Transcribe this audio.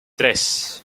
tres